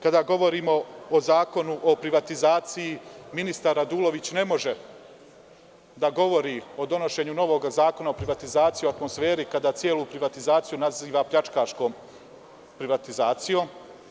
Kada govorimo o Zakonu o privatizaciji, ministar Radulović ne može da govori o donošenju novoga zakona o privatizaciji, u atmosferi kada celu privatizaciju naziva pljačkaškom privatizacijom.